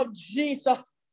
Jesus